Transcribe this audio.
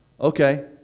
okay